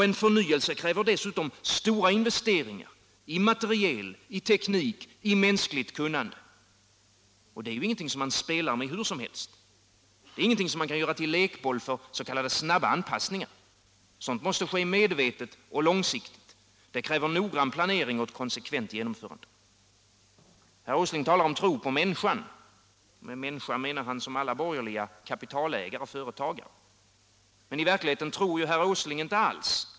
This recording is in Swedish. En förnyelse kräver dessutom stora investeringar i materiel, i teknik, i mänskligt kunnande, och det är ju ingenting som man spelar med hur som helst. Det är ingenting som man kan göra till lekboll för ”snabba anpassningar”. Sådant måste ske medvetet och långsiktigt. Det kräver noggrann planering och ett konsekvent genomförande. Herr Åsling talar om tro på människan, och med människa menar han — som alla borgerliga — kapitalägare och företagare. Men i verkligheten tror herr Åsling inte alls.